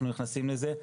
אנחנו נכנסים לזה,